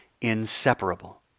inseparable